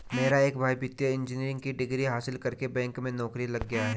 मेरा एक भाई वित्तीय इंजीनियरिंग की डिग्री हासिल करके बैंक में नौकरी लग गया है